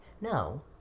no